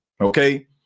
okay